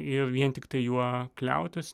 ir vien tiktai juo kliautis